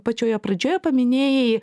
pačioje pradžioje paminėjai